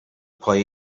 پای